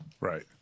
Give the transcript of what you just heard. Right